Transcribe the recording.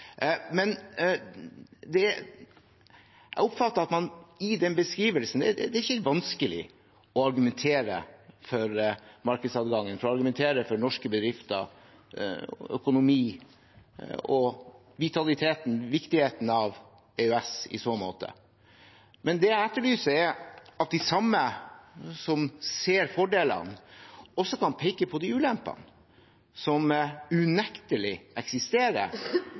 Jeg oppfatter at det i den beskrivelsen ikke er vanskelig å argumentere for markedsadgangen, å argumentere for norske bedrifter, økonomi og vitaliteten i og viktigheten av EØS i så måte. Men det jeg etterlyser, er at de samme, som ser fordelene, også kan peke på de ulempene som unektelig eksisterer,